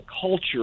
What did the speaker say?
culture